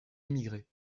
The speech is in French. émigrés